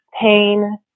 pain